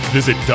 Visit